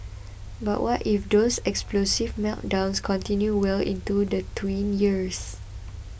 but what if those explosive meltdowns continue well into the tween years